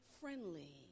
friendly